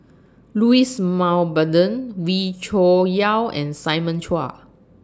Louis Mountbatten Wee Cho Yaw and Simon Chua